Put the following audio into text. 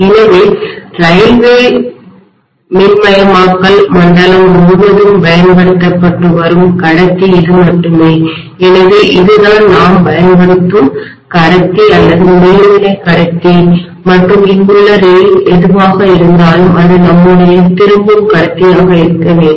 எனவே ரயில்வே மின்மயமாக்கல் மண்டலம் முழுவதும் பயன்படுத்தப்பட்டு வரும் கடத்தி இது மட்டுமே எனவே இதுதான் நாம் பயன்படுத்தும் கடத்தி அல்லது மேல்நிலை கடத்தி மற்றும் இங்குள்ள ரெயில் எதுவாக இருந்தாலும் அது நம்முடைய திரும்பும் கடத்தியாக இருக்க வேண்டும்